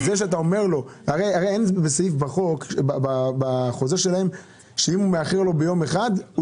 הרי אין סעיף בחוזה שלהם שאם הקבלן מאחר ביום אחד,